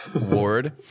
ward